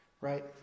Right